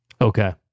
Okay